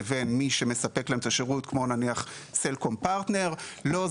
לבין מי שמספק להם את השירות כמו נניח סלקום/פרטנר: לא,